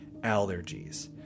allergies